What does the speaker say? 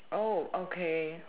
oh okay